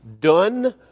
done